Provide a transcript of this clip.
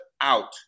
out